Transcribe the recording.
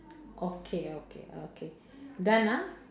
okay okay okay done ah